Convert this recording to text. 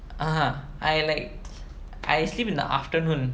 (uh huh) I like I sleep in the afternoon